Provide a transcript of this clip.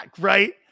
right